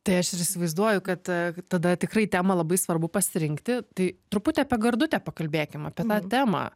tai aš ir įsivaizduoju kad tada tikrai temą labai svarbu pasirinkti tai truputį apie gardutę pakalbėkim apie tą temą